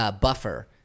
buffer